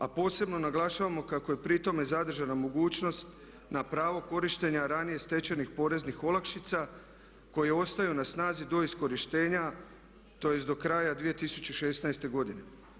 A posebno naglašavamo kako je pri tome zadržana mogućnost na pravo korištenja ranije stečenih poreznih olakšica koje ostaju na snazi do iskorištenja, tj. do kraja 2016. godine.